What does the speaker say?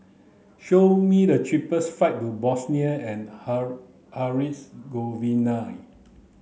show me the cheapest flights to Bosnia and Herzegovina